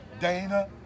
Dana